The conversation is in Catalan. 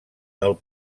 del